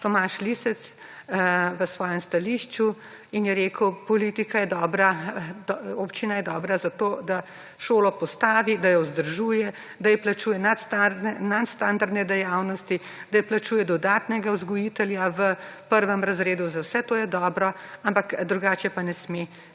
Tomaž Lisec v svojem stališču in je rekel, občina je dobra za to, da šolo postavi, da jo vzdržuje, da plačuje nadstandardne dejavnosti, da plačuje dodatnega vzgojitelja v prvem razredu, za vse to je dobra, ampak drugače pa ne sme